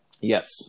Yes